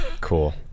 Cool